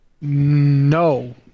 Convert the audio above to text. no